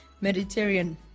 Mediterranean